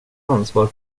ansvar